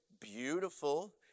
beautiful